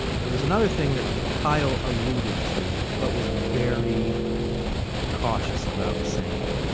there was another thing that kyle alluded to but was very cautious about saying.